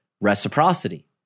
reciprocity